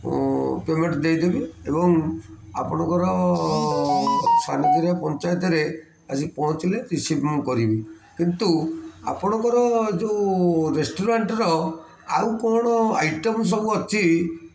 payment ଦେଇଦେବି ଏବଂ ଆପଣଙ୍କର ସ୍ୱାଦିରା ପଞ୍ଚାୟତରେ ଆସିକି ପହଞ୍ଚିଲେ ରିସିଭ୍ ମୁଁ କରିବି କିନ୍ତୁ ଆପଣଙ୍କର ଯେଉଁ ରେଷ୍ଟୁରାଣ୍ଟର ଆଉ କ'ଣ ଆଇଟମ୍ ସବୁ ଅଛି